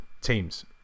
teams